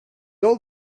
old